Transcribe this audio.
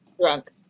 drunk